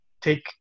take